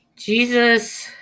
Jesus